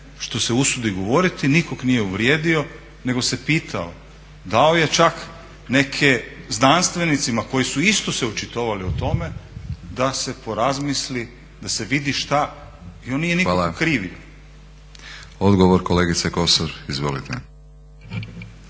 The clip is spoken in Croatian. što se usudi govoriti, nikog nije uvrijedio nego se pitao, dao je čak neke, znanstvenicima koji su isto se očitovali o tome da se porazmisli, da se vidi šta. I on nije nikog okrivio. **Batinić, Milorad (HNS)** Hvala. Odgovor kolegice Kosor, izvolite.